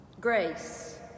Grace